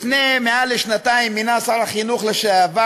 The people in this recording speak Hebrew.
לפני יותר משנתיים מינה שר החינוך לשעבר